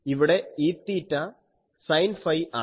ഇവിടെ Eθ sine phi ആണ്